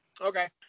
Okay